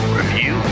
review